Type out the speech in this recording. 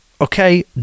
Okay